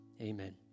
Amen